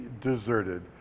deserted